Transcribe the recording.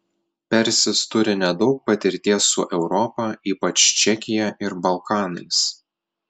persis turi nedaug patirties su europa ypač čekija ir balkanais